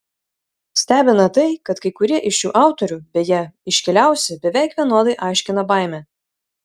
stebina tai kad kai kurie iš šių autorių beje iškiliausi beveik vienodai aiškina baimę